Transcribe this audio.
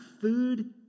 food